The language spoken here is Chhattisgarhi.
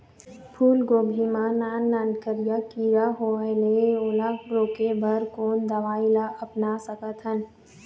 फूलगोभी मा नान नान करिया किरा होयेल ओला रोके बर कोन दवई ला अपना सकथन?